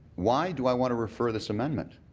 why do i want to refer this amendment?